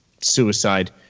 suicide